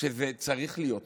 שזה צריך להיות ככה,